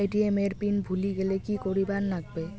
ATM এর pin ভুলি গেলে কি করিবার লাগবে?